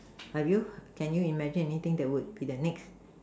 have you can you imagine anything that could be the next